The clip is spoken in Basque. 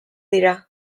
dira